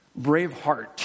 Braveheart